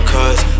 Cause